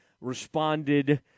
responded